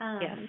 Yes